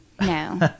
no